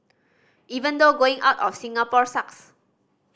even though going out of Singapore sucks